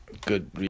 Good